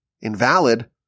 invalid